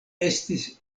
estis